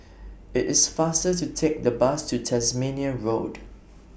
IT IS faster to Take The Bus to Tasmania Road